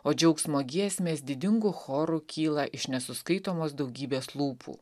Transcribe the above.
o džiaugsmo giesmės didingu choru kyla iš nesuskaitomos daugybės lūpų